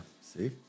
See